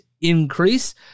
increase